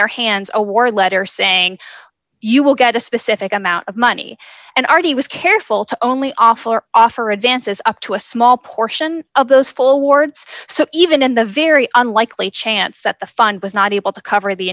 their hands a war letter saying you will get a specific amount of money and r t was careful to only offer our offer advances up to a small portion of those full awards so even in the very unlikely chance that the fund was not able to cover the